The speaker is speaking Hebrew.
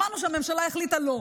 שמענו שהממשלה החליטה שלא.